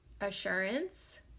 assurance